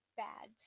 bad